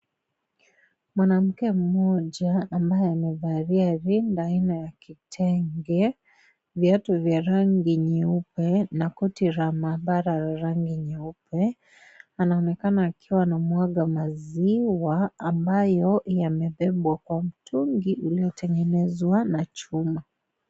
Mwanamke mmoja, ambaye amevalia rinda aina ya kitenge, viatu vya rangi nyeupe na koti la mahabara la rangi nyeupe. Anaonekana akiwa anamwaga maziwa, ambayo yamebebwa kwa mtungi iliyotengenezwa na chuma.